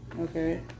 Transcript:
Okay